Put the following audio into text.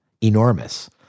enormous